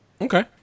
Okay